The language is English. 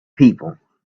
people